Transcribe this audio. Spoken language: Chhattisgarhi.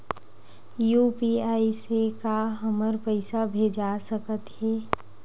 यू.पी.आई से का हमर पईसा भेजा सकत हे?